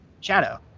shadow